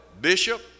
bishop